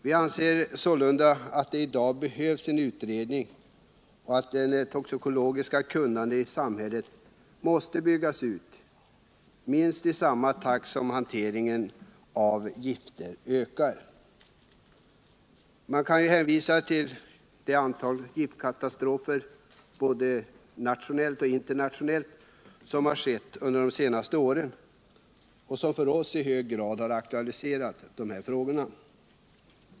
Vi anser sålunda att det i dag behövs en utredning och att det toxikologiska kunnandet i samhället måste byggas ut, minst i samma takt som hanteringen av gifter ökar. Man kan ju hänvisa till de giftkatastrofer som inträffat under de senaste åren och som i hög grad aktualiserat sakfrågorna.